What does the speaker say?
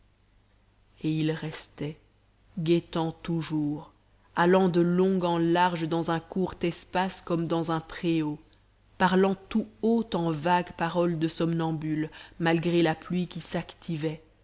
et il restait guettant toujours allant de long en large dans un court espace comme dans un préau parlant tout haut en vagues paroles de somnambule malgré la pluie qui